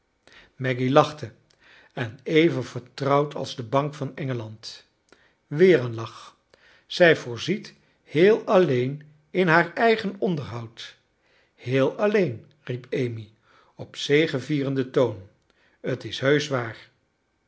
maggy laclite en even vertrouwd als de bank van engeland weer een lach zij voorziet heel alleen in haar eigen onderhoud heel alleen riep amy op zegevierenden toon t is heusch waarl